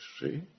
see